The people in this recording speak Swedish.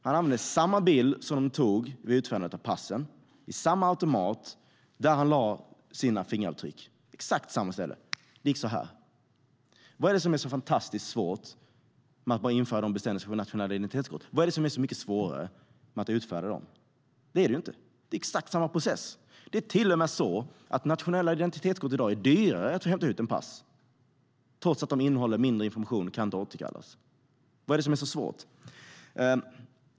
Han använde samma foto som togs vid utfärdandet av passet i samma automat, där han lämnade sina fingeravtryck - på exakt samma ställe. Det gick i en handvändning. Vad är det som är så fantastiskt svårt med att bara införa de bestämmelserna för nationella identitetskort? Är det så mycket svårare att utfärda dem? Det är det ju inte. Det är exakt samma process. Det är till och med så att nationella identitetskort i dag är dyrare att hämta ut än pass trots att de innehåller mindre information och inte kan återkallas. Vad är det som är så svårt?